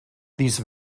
these